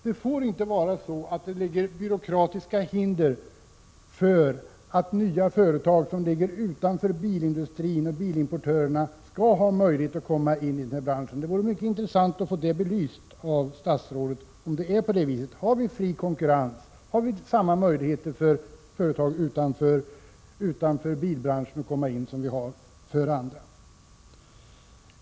Man får inte lägga byråkratiska hinder i vägen för nya företag som befinner sig utanför bilindustrin och bilimportörerna — de skall ha möjlighet att komma in i branschen. Det vore intressant att få detta belyst av statsrådet. Har vi fri konkurrens? Finns det samma möjligheter för företag utanför bilbranschen som det finns för andra?